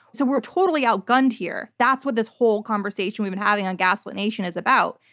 so we're totally outgunned here. that's what this whole conversation we've been having on gaslit nation is about.